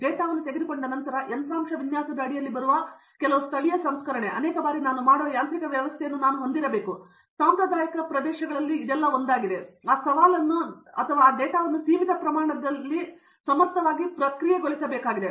ಡೇಟಾವನ್ನು ತೆಗೆದುಕೊಂಡ ನಂತರ ಯಂತ್ರಾಂಶ ವಿನ್ಯಾಸದ ಅಡಿಯಲ್ಲಿ ಬರುವ ಕೆಲವು ಸ್ಥಳೀಯ ಸಂಸ್ಕರಣೆ ಅನೇಕ ಬಾರಿ ನಾನು ಮಾಡುವ ಯಾಂತ್ರಿಕ ವ್ಯವಸ್ಥೆಯನ್ನು ನಾನು ಹೊಂದಿರಬೇಕು ಸಾಂಪ್ರದಾಯಿಕ ಪ್ರದೇಶಗಳಲ್ಲಿ ಒಂದಾಗಿದೆ ಮತ್ತು ಆ ಸವಾಲನ್ನು ನಾನು ಆ ಡೇಟಾವನ್ನು ಸೀಮಿತ ಪ್ರಮಾಣದ ಸಮರ್ಥ ಪ್ರಕ್ರಿಯೆಗೊಳಿಸಬೇಕಾಗಿದೆ